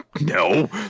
no